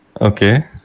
Okay